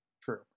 true